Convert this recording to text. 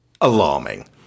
alarming